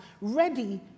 ready